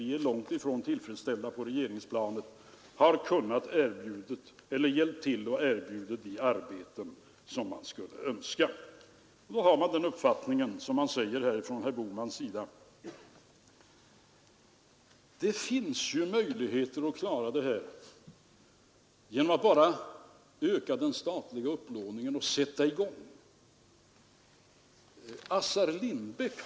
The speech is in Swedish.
Fem slakteriföreningar i Skåne, Blekinge och Småland skall slås tillsammans till en, en jätte, Region Syd. Och så säger ordföranden i den här stora Skaneksammanslutningen, Frans Andersson i Bussjö, att det här måste man helt enkelt göra av ekonomiska skäl.